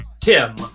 Tim